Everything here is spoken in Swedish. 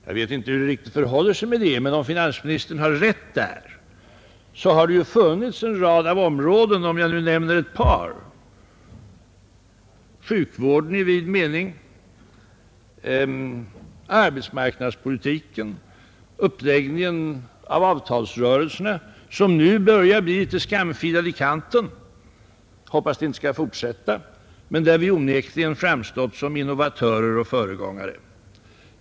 Jag vet inte riktigt hur det förhåller sig med det, men om finansministern har rätt på den punkten har det ju funnits en rad av områden — t.ex. sjukvården i vid mening, arbetsmarknadspolitiken, uppläggningen av avtalsrörelserna, som nu börjar bli litet skamfilad i kanten: jag hoppas att det inte skall fortsätta — på vilka vi onekligen har framstått som innovatörer och föregångare.